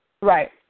right